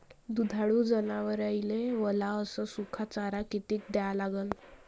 दुधाळू जनावराइले वला अस सुका चारा किती द्या लागन?